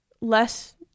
less